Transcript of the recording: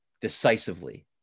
decisively